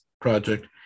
project